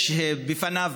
יש לפניו,